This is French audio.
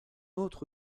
autre